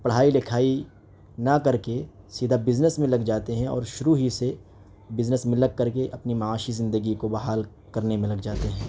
پڑھائی لکھائی نہ کر کے سیدھا بزنس میں لگ جاتے ہیں اور شروع ہی سے بزنس میں لگ کر کے اپنی معاشی زندگی کو بحال کرنے میں لگ جاتے ہیں